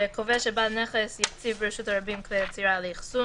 בחוק שמירת הסדר או בחוק איכות הסביבה.